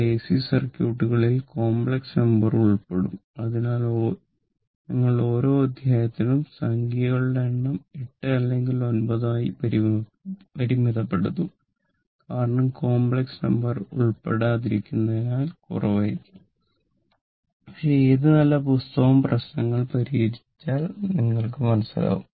എന്നാൽ എസി സർക്യൂട്ടുകളിൽ complex number ഉൾപ്പെടും അതിനാൽ ഞങ്ങൾ ഓരോ അധ്യായത്തിനും സംഖ്യകളുടെ എണ്ണം 8 അല്ലെങ്കിൽ 9 ആയി പരിമിതപ്പെടുത്തും കാരണം കോംപ്ലക്സ് നമ്പർ ഉൾപ്പെട്ടിരിക്കുന്നതിനാൽ കുറവായിരിക്കാം പക്ഷേ ഏത് നല്ല പുസ്തകവും പ്രശ്നങ്ങൾ പരിഹരിക്കും